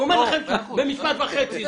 הוא אומר לכם במשפט וחצי,